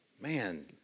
Man